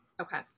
Okay